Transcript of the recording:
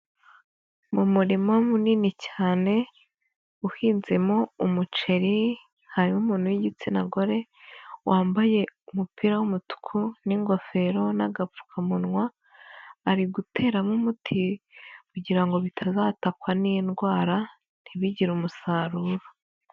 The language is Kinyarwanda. Mu murima munini cyane ,uhinzemo umuceri, harimo umuntu w'igitsina gore, wambaye umupira w'umutuku n'ingofero n'agapfukamunwa, ari guteramo umuti kugira ngo bitazatakwa n'indwara, ntibigire umusaruro.